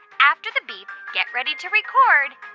after the beep, get ready to record